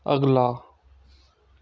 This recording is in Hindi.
अगला